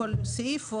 סעיף?